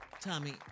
Tommy